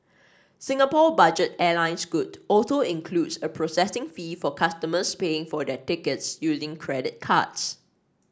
Singapore budget airline Scoot also includes a processing fee for customers paying for their tickets using credit cards